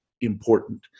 important